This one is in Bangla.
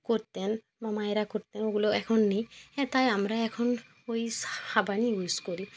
করতেন বা মায়েরা করতেন ওগুলো এখন নেই হ্যাঁ তাই আমরা এখন ওই সাবানই ইউজ করি